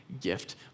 gift